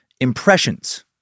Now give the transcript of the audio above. impressions